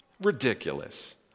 Ridiculous